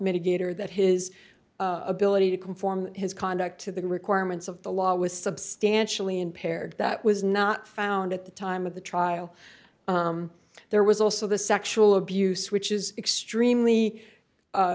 mitigator that his ability to conform his conduct to the requirements of the law was substantially impaired that was not found at the time of the trial there was also the sexual abuse which is extremely